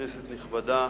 כנסת נכבדה,